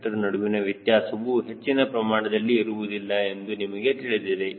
c ನಡುವಿನ ವ್ಯತ್ಯಾಸವು ಹೆಚ್ಚಿನ ಪ್ರಮಾಣದಲ್ಲಿ ಇರುವುದಿಲ್ಲ ಎಂದು ನಿಮಗೆ ತಿಳಿದಿದೆ